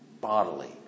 bodily